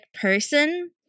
person